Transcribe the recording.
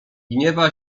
gniewa